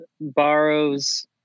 borrows